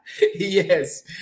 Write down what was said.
yes